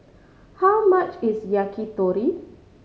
how much is Yakitori